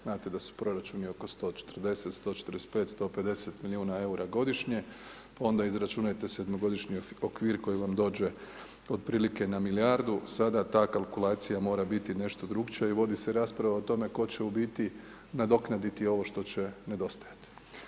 Znate da su proračuni oko 140, 145., 150 milijuna eura godišnje, onda izračunajte 7.-godišnji okvir koji vam dođe otprilike na milijardu, sada ta kalkulacija mora biti nešto drukčija i vodi se rasprava o tome tko će u biti nadoknaditi ovo što će nedostajati.